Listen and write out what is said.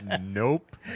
nope